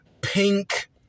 pink